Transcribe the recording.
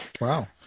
Wow